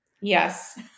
Yes